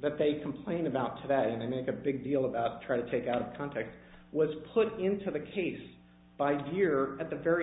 that they complained about to that i make a big deal about trying to take out of context was put into the case by year at the very